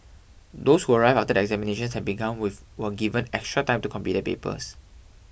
those who arrived after the examinations had begun with were given extra time to complete their papers